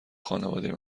خانواده